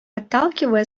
отталкивая